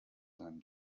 seinem